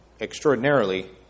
extraordinarily